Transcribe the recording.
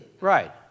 Right